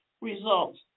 results